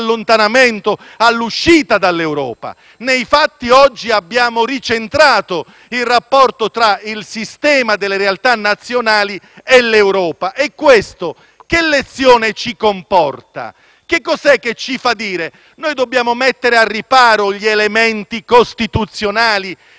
ricentrato il rapporto tra il sistema delle realtà nazionali e l'Europa. Ciò comporta una lezione e ci fa dire che dobbiamo mettere al riparo gli elementi costituzionali, istituzionali e ordinamentali rispetto al dibattito ideologico,